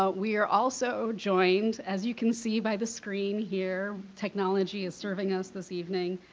ah we are also joined, as you can see by the screen here, technology is serving us this evening,